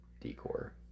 decor